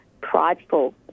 prideful